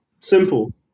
Simple